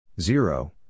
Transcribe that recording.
zero